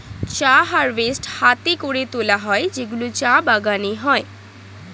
চা হারভেস্ট হাতে করে তোলা হয় যেগুলো চা বাগানে হয়